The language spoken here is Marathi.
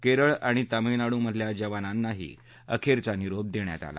केरळ आणि तामिळनाडू मधल्या जवानांनाही अखेरचा निरोप देण्यात आला